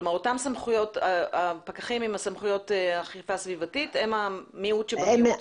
כלומר אותם הפקחים בעלי סמכות אכיפה סביבתית הם המיעוט שבמיעוט.